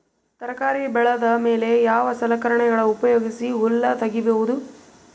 ತರಕಾರಿ ಬೆಳದ ಮೇಲೆ ಯಾವ ಸಲಕರಣೆಗಳ ಉಪಯೋಗಿಸಿ ಹುಲ್ಲ ತಗಿಬಹುದು?